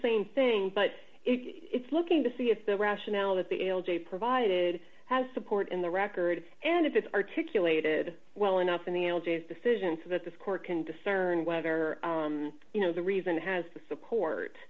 same thing but it's looking to see if the rationale that the l j provided has support in the record and if it's articulated well enough in the l d s decision so that this court can discern whether you know the reason has to support